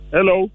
Hello